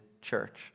church